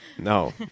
No